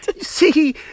See